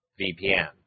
VPN